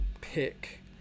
pick